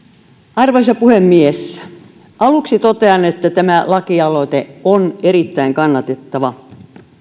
arvoisa puhemies aluksi totean että tämä lakialoite on erittäin kannatettava